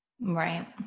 Right